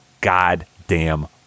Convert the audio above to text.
goddamn